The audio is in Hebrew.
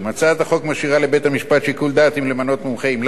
הצעת החוק משאירה לבית-המשפט שיקול דעת אם למנות מומחה אם לאו,